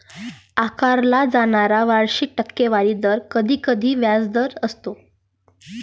आकारला जाणारा वार्षिक टक्केवारी दर कधीकधी व्याजदर असतो